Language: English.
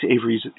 Avery's